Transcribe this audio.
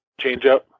changeup